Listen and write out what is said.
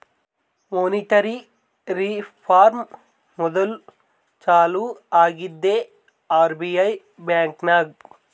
monetary reform ಮೋದುಲ್ ಚಾಲೂ ಆಗಿದ್ದೆ ಆರ್.ಬಿ.ಐ ಬ್ಯಾಂಕ್ನಾಗ್